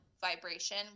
vibration